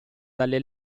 dalle